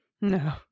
No